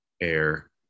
air